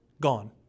gone